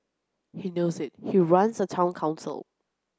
he knows it he runs a Town Council